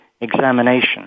examination